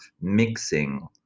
mixing